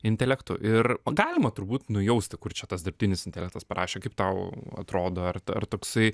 intelektu ir o galima turbūt nujausti kur čia tas dirbtinis intelektas parašė kaip tau atrodo ar ar toksai